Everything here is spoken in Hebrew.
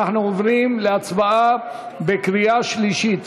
אנחנו עוברים להצבעה בקריאה שלישית.